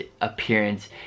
appearance